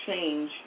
change